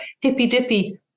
hippy-dippy